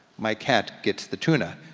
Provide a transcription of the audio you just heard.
my cat gets the tuna,